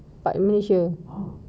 tempat malaysia